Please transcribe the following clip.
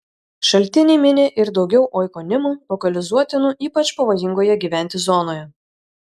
šaltiniai mini ir daugiau oikonimų lokalizuotinų ypač pavojingoje gyventi zonoje